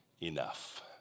Enough